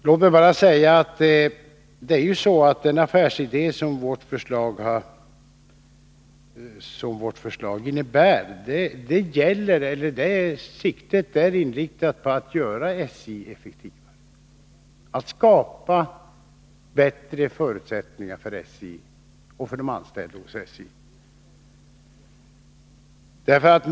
Låt mig bara säga att den affärsidé som vårt förslag innebär siktar till att göra SJ effektivare och att skapa bättre”förutsättningar för SJ och för de anställda i SJ.